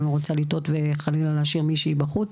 אני לא רוצה לטעות וחלילה להשאיר מישהי בחוץ.